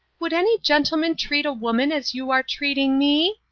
would any gentleman treat a woman as you are treating me?